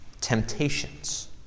temptations